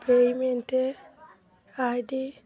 payment id